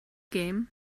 gêm